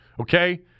okay